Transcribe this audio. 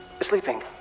Sleeping